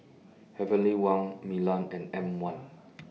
Heavenly Wang Milan and M one